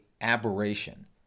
aberration